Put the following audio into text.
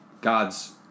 God's